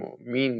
כמו מין,